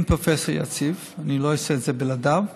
עם פרופ' יציב, לא אעשה את זה בלעדיו.